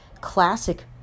classic